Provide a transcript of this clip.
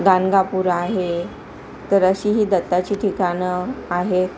गाणगापूर आहे तर अशी ही दत्ताची ठिकाणं आहेत